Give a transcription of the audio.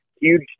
huge